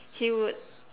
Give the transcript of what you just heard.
he would